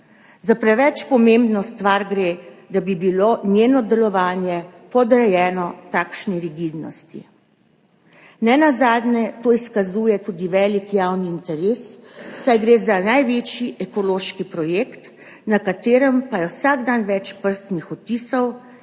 Za preveč pomembno stvar gre, da bi bilo njeno delovanje podrejeno takšni rigidnosti. Nenazadnje to izkazuje tudi velik javni interes, saj gre za največji ekološki projekt, na katerem pa je vsak dan več prstnih odtisov,